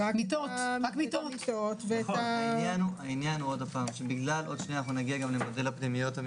אני כן אומר שגם בתיקון במה עשינו עכשיו בקיצור תורנויות של מתמחים,